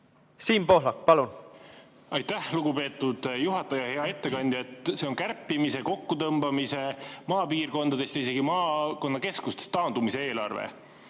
Siim Pohlak, palun! Aitäh, lugupeetud juhataja! Hea ettekandja! See on kärpimise, kokkutõmbamise, maapiirkondadest ja isegi maakonnakeskustest taandumise eelarve.